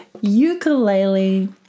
ukulele